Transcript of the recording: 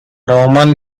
roman